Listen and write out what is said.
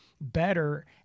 better